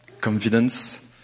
Confidence